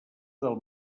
del